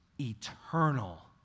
eternal